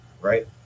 right